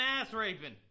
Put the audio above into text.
ass-raping